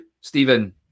Stephen